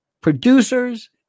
producers